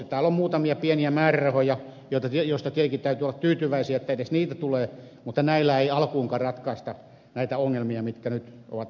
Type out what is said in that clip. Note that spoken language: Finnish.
täällä on muutamia pieniä määrärahoja joista tietenkin täytyy olla tyytyväisiä että edes niitä tulee mutta näillä ei alkuunkaan ratkaista näitä ongelmia mitkä nyt ovat meillä edessä